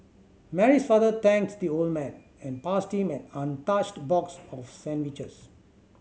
Mary's father thanks the old man and passed him an untouched box of sandwiches